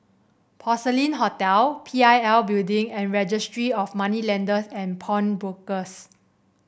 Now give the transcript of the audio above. Porcelain Hotel P I L Building and Registry of Moneylenders and Pawnbrokers